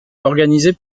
organisées